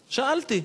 שאלתי.